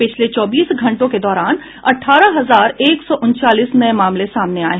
पिछले चौबीस घंटों के दौरान अठारह हजार एक सौ उनचालीस नये मामले सामने आये